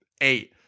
eight